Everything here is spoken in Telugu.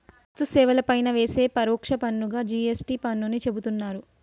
వస్తు సేవల పైన వేసే పరోక్ష పన్నుగా జి.ఎస్.టి పన్నుని చెబుతున్నరు